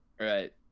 right